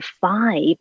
five